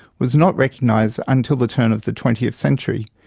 was not recognised until the turn of the twentieth century,